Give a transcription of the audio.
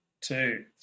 two